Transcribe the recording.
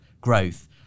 growth